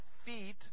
feet